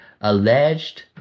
alleged